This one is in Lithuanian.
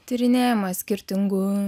tyrinėjimas skirtingų